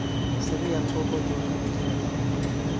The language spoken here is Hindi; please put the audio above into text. सभी अंकों को जोड़कर मुझे बताओ